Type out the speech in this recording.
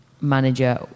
manager